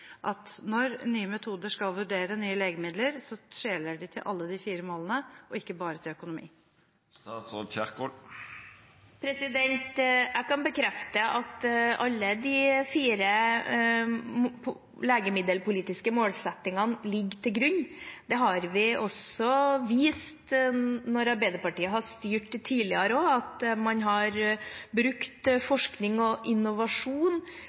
når nye metoder skal vurdere nye legemidler, skjeler de til alle de fire målene og ikke bare til økonomi. Jeg kan bekrefte at alle de fire legemiddelpolitiske målsettingene ligger til grunn. Det har vi også vist når Arbeiderpartiet har styrt tidligere, at man har brukt forskning og innovasjon